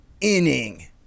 Inning